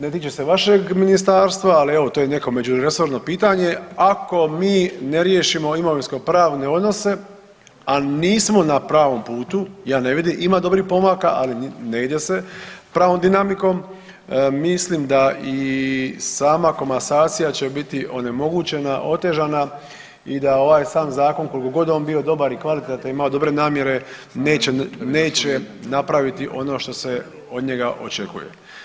Ne tiče se vašeg Ministarstva, ali evo to je neko međuresorno pitanje ako mi ne riješimo imovinskopravne odnose a nismo na pravom putu, ja ne vidim, ima dobrih pomaka ali ne ide se pravom dinamikom, mislim da i sama komasacija će biti onemogućena, otežana i da ovaj sam zakon koliko god on bio dobar i kvalitetan, ima on dobre namjere neće napraviti ono što se od njega očekuje.